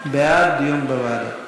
ההצעה להעביר את הנושא לוועדת החינוך,